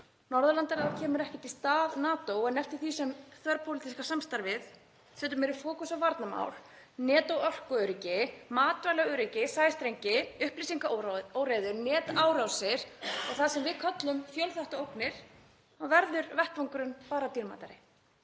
Norðurlandaráð kemur ekkert í stað NATO en eftir því sem þverpólitíska samstarfið setur meiri fókus á varnarmál, net- og orkuöryggi, matvælaöryggi, sæstrengi, upplýsingaóreiðu, netárásir og það sem við köllum fjölþáttaógnir, þá verður vettvangurinn bara dýrmætari.